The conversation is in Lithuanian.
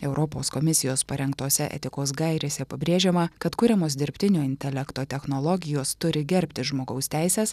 europos komisijos parengtose etikos gairėse pabrėžiama kad kuriamos dirbtinio intelekto technologijos turi gerbti žmogaus teises